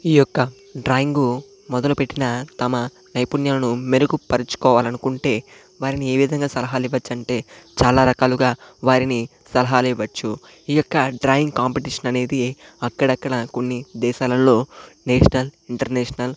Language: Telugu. ఈ యొక్క డ్రాయింగు మొదలుపెట్టిన తమ నైపుణ్యాలను మెరుగుపరుచుకోవాలనుకుంటే వారిని ఏ విధంగా సలహాలు ఇవ్వచ్చు అంటే చాలా రకాలుగా వారిని సలహాలు ఇవ్వచ్చు ఈ యొక్క డ్రాయింగ్ కాంపిటీషన్ అనేది అక్కడక్కడ కొన్ని దేశాలలో నేషనల్ ఇంటర్నేషనల్